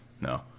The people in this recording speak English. No